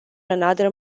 another